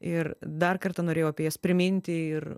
ir dar kartą norėjau apie jas priminti ir